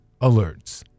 alerts